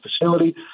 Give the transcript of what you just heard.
facility